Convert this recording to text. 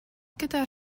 gyda